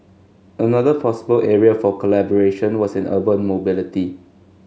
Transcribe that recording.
another possible area for collaboration was in urban mobility